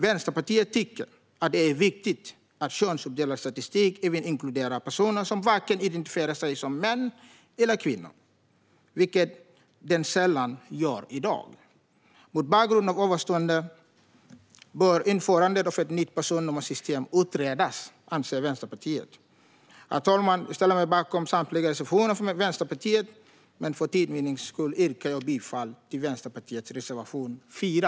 Vänsterpartiet tycker alltså att det är viktigt att könsuppdelad statistik även inkluderar personer som varken identifierar sig som män eller kvinnor, och det gör den sällan i dag. Mot bakgrund av detta anser Vänsterpartiet att införandet av ett nytt personnummersystem bör utredas. Herr talman! Jag ställer mig bakom samtliga reservationer från Vänsterpartiet, men för tids vinnande yrkar jag bifall endast till Vänsterpartiets reservation 4.